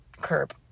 curb